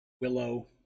Willow